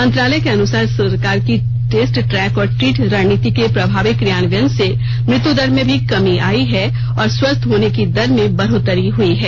मंत्रालय के अनुसार सरकार की टेस्ट ट्रैक और ट्रीट रणनीति के प्रभावी क्रियान्वयन से मृत्युदर में भी कर्मी आई है और स्वस्थ होने की दर में बढोतरी हुई है